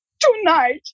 tonight